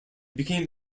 became